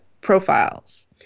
profiles